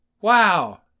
Wow